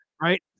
Right